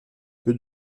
peu